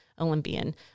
Olympian